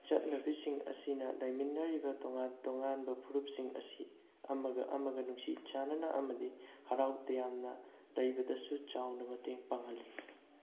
ꯆꯠꯅꯕꯤꯁꯤꯡ ꯑꯁꯤꯅ ꯂꯩꯃꯤꯟꯅꯔꯤꯕ ꯇꯣꯉꯥꯟ ꯇꯣꯉꯥꯟꯕ ꯐꯨꯔꯨꯞꯁꯤꯡ ꯑꯁꯤ ꯑꯃꯒ ꯑꯃꯒ ꯅꯨꯡꯁꯤ ꯆꯥꯅꯅ ꯑꯃꯗꯤ ꯍꯔꯥꯎ ꯇꯌꯥꯝꯅ ꯂꯩꯕꯗꯁꯨ ꯆꯥꯎꯅ ꯃꯇꯦꯡ ꯄꯥꯡꯍꯜꯂꯤ